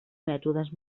mètodes